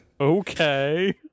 Okay